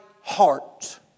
heart